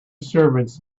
servants